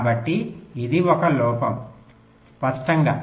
కాబట్టి ఇది ఒక లోపం స్పష్టంగా